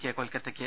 K കൊൽക്കത്തക്ക്